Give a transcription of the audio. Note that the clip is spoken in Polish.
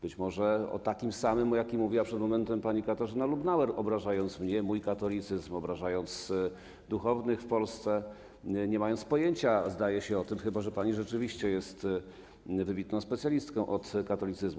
Być może o takim samym, o jakim mówiła przed momentem pani Katarzyna Lubnauer, obrażając mnie, mój katolicyzm, obrażając duchownych w Polsce, nie mając pojęcia, zdaje się o tym - chyba że pani rzeczywiście jest wybitną specjalistką od katolicyzmu.